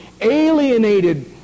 alienated